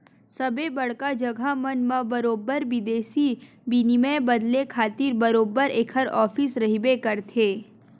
सबे बड़का जघा मन म बरोबर बिदेसी बिनिमय बदले खातिर बरोबर ऐखर ऑफिस रहिबे करथे